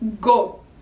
go